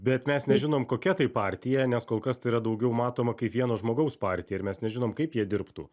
bet mes nežinom kokia tai partija nes kolkas tai yra daugiau matoma kaip vieno žmogaus partija ir mes nežinom kaip jie dirbtų